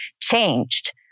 changed